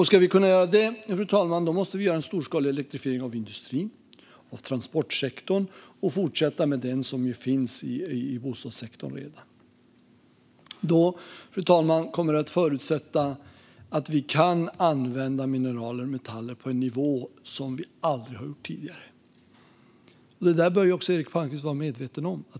Ska vi kunna göra det, fru talman, måste vi göra en storskalig elektrifiering av industrin och av transportsektorn samt fortsätta med den som redan finns i bostadssektorn. Det kommer att förutsätta att vi kan använda mineral och metaller på en nivå som vi aldrig tidigare har legat på. Det bör också Eric Palmqvist vara medveten om.